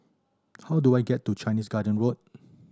how do I get to Chinese Garden Road